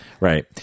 Right